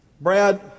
Brad